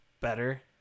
better